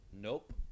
Nope